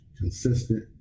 consistent